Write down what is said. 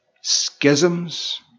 Schisms